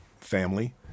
family